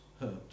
hurt